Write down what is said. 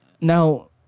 Now